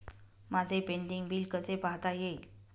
माझे pending bill कसे पाहता येईल?